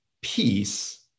Peace